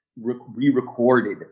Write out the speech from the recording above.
re-recorded